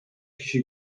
kişi